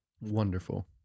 Wonderful